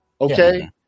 okay